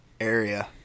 area